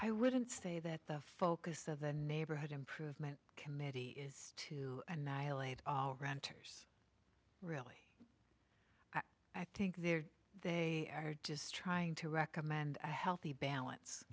i wouldn't say that the focus of the neighborhood improvement committee is to annihilate ranters really i think they're they are just trying to recommend a healthy balance